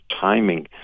timing